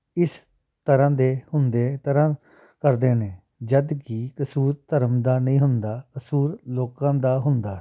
ਇਸ ਤਰ੍ਹਾਂ ਦੇ ਹੁੰਦੇ ਤਰ੍ਹਾਂ ਕਰਦੇ ਨੇ ਜਦੋਂ ਕਿ ਕਸੂਰ ਧਰਮ ਦਾ ਨਹੀਂ ਹੁੰਦਾ ਅਸੂਲ ਲੋਕਾਂ ਦਾ ਹੁੰਦਾ